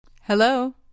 Hello